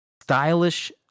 Stylish